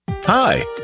Hi